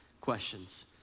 questions